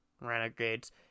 Renegades